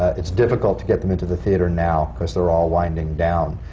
it's difficult to get them into the theatre now, because they're all winding down.